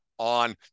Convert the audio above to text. on